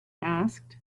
asked